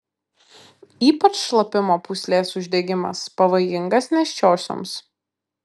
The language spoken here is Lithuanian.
ypač šlapimo pūslės uždegimas pavojingas nėščiosioms